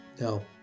No